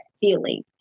feeling